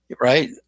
right